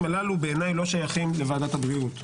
הללו לא שייכים בעיניי לוועדת הבריאות.